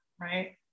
Right